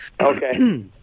Okay